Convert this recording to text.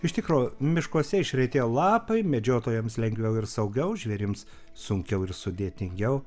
iš tikro miškuose išretėję lapai medžiotojams lengviau ir saugiau žvėrims sunkiau ir sudėtingiau